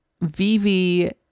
Vivi